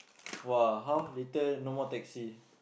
!wah! how later no more taxi